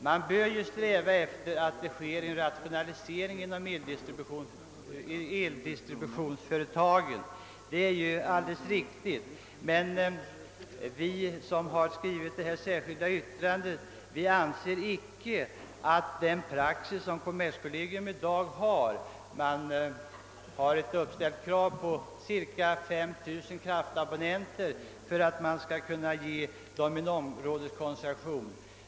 Man bör sträva efter en rationalisering inom eldistributionsföretagen — det är alldeles riktigt — men vi som skrivit det särskilda yttrandet anser som sagt inte att den praxis, som kommerskollegium tillämpar, överensstämmer med gällande lagstiftning. Man har uppställt ett krav på cirka 5000 kraftabonnenter för att kunna ge företagen en områdeskoncession.